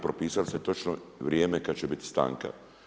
Propisali ste točno vrijeme kad će biti stanka.